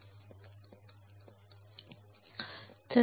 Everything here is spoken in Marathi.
मला आशा आहे की तुम्हाला माहित आहे